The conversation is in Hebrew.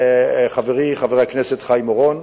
חברי חבר הכנסת חיים אורון,